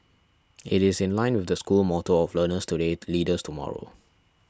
it is in line with the school motto of learners today leaders tomorrow